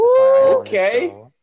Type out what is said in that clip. Okay